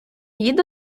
їде